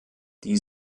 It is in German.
die